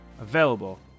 available